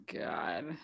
God